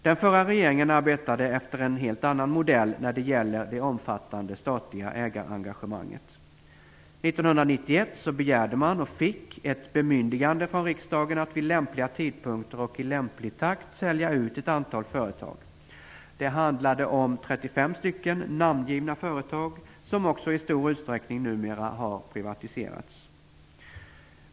Den förra regeringen arbetade efter en helt annan modell när det gäller det omfattande statliga ägarengagemanget. 1991 begärde man och fick ett bemyndigande från riksdagen att vid lämpliga tidpunkter och i lämplig takt sälja ut ett antal företag. Det handlade om 35 stycken namngivna företag, som också i stor utsträckning numera har privatiserats.